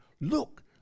Look